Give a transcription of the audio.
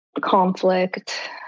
conflict